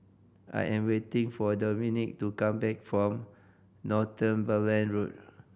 I am waiting for Dominque to come back from Northumberland Road